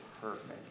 perfect